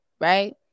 right